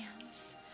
hands